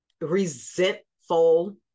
resentful